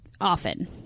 often